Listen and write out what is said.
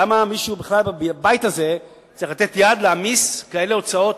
למה מישהו בבית הזה צריך לתת יד להעמיס כאלה הוצאות